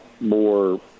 more